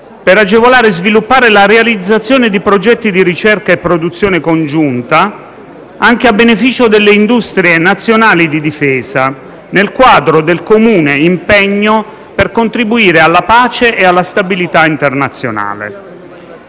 per agevolare e sviluppare la realizzazione di progetti di ricerca e produzione congiunta, anche a beneficio delle industrie nazionali di difesa, nel quadro del comune impegno per contribuire alla pace e alla stabilità internazionale.